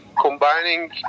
combining